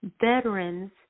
veterans